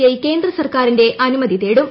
I കേന്ദ്ര സർക്കാരിന്റെ അനുമതി തേടും